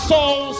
Soul